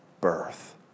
birth